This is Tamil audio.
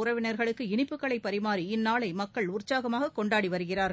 உறவினா்களுக்கு இனிப்புகளை பரிமாறி இந்நாளை மக்கள் உற்சாகமாக கொண்டாடி வருகிறார்கள்